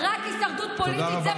כמה